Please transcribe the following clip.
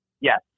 Yes